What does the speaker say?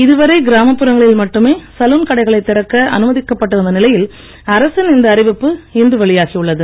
இதுவரை கிராமப்புறங்களில் மட்டுமே சலூன்கடைகளை திறக்க அனுமதிக்கப் பட்டிருந்த நிலையில் அரசின் இந்த அறிவிப்பு இன்று வெளியாகியுள்ளது